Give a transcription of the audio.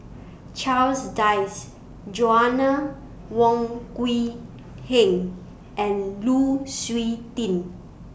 Charles Dyce Joanna Wong Quee Heng and Lu Suitin